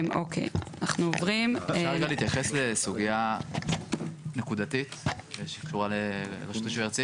אפשר רגע להתייחס לסוגייה נקודתית שקשורה לרשות רישוי ארצית?